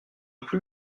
plus